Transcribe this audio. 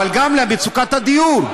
אבל גם במצוקת הדיור.